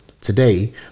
today